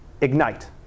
ignite